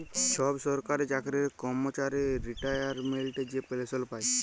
ছব সরকারি চাকরির কম্মচারি রিটায়ারমেল্টে যে পেলসল পায়